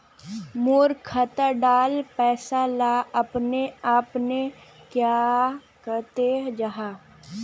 मोर खाता डार पैसा ला अपने अपने क्याँ कते जहा?